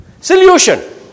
solution